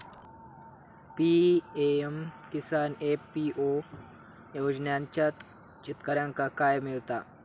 PM Kisan FPO योजनाच्यात शेतकऱ्यांका काय मिळता?